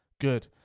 Good